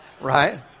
Right